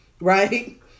right